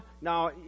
now